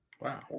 Wow